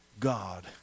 God